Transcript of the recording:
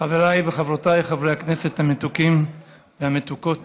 חבריי וחברותיי חברי הכנסת המתוקים והמתוקות